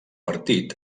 partit